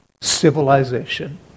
civilization